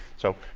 so,